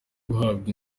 guhabwa